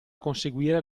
conseguire